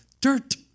dirt